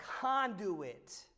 conduit